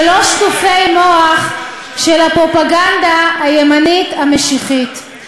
שלא שטופי מוח של הפרופגנדה הימנית המשיחית.